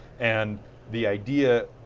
and the idea,